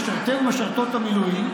משרתי ומשרתות המילואים,